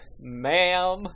ma'am